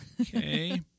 Okay